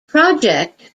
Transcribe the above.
project